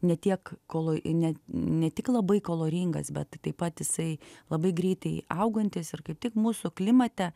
ne tiek kolo ne ne tik labai kaloringas bet taip pat jisai labai greitai augantis ir kaip tik mūsų klimate